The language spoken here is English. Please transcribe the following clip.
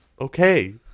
okay